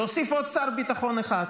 להוסיף עוד שר ביטחון אחד,